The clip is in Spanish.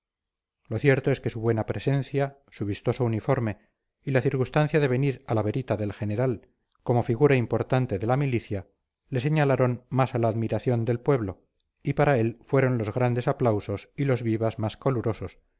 lo cierto es que su buena presencia su vistoso uniforme y la circunstancia de venir a la verita del general como figura importante de la milicia le señalaron más a la admiración del pueblo y para él fueron los grandes aplausos y los vivas más calurosos